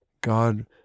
God